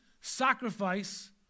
sacrifice